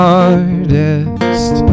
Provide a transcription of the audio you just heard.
artist